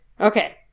Okay